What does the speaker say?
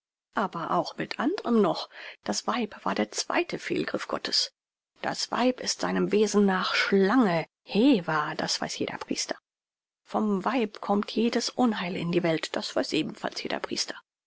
aber auch mit anderem noch das weib war der zweite fehlgriff gottes das weib ist seinem wesen nach schlange heva das weiß jeder priester vom weib kommt jedes unheil in der welt das weiß ebenfalls jeder priester